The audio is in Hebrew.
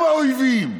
הם האויבים.